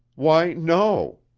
why no!